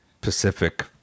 Pacific